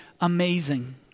amazing